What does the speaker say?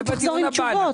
מה זה בדיון הבא?